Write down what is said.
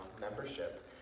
membership